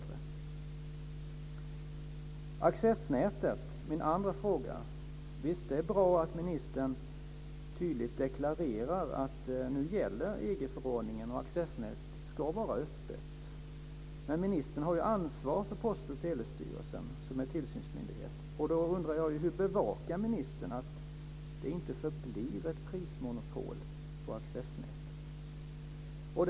Min andra fråga gäller accessnätet. Visst är det bra att ministern deklarerar tydligt att EG förordningen gäller och att accessnätet ska vara öppet. Ministern har ansvar för Post och telestyrelsen, som är tillsynsmyndighet. Hur bevakar ministern att det inte förblir ett prismonopol på accessnätet?